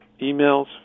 Emails